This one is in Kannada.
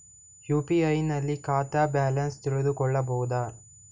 ಯು.ಪಿ.ಐ ನಲ್ಲಿ ಖಾತಾ ಬ್ಯಾಲೆನ್ಸ್ ತಿಳಕೊ ಬಹುದಾ?